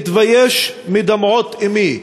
אתבייש מדמעות אמי.